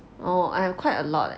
orh I have quite a lot leh